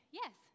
yes